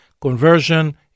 conversion